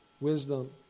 wisdom